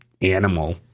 animal